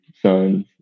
sons